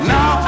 Now